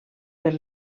per